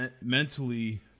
mentally